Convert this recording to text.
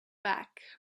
back